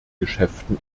geschäften